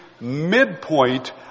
midpoint